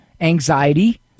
anxiety